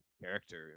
character